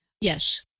yes